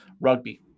rugby